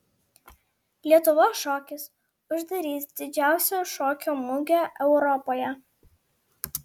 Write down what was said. lietuvos šokis uždarys didžiausią šokio mugę europoje